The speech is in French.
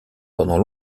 pendant